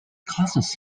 causes